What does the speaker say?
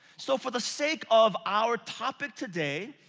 so for the sake of our topic today,